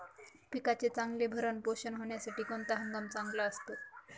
पिकाचे चांगले भरण पोषण होण्यासाठी कोणता हंगाम चांगला असतो?